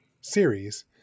series